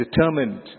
determined